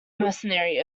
mercenary